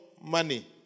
money